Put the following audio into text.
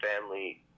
family